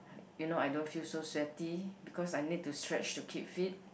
you know I don't feel so sweaty because I need to stretch to keep fit